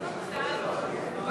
לשנת התקציב 2016, כהצעת הוועדה, נתקבל.